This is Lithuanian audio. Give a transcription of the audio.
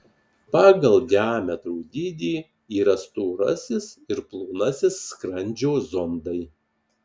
pagal diametro dydį yra storasis ir plonasis skrandžio zondai